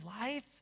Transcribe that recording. life